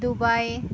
Dubai